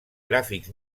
gràfics